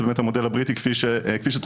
זה באמת המודל הבריטי כפי שצוין.